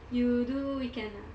you do weekend ah